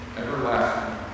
everlasting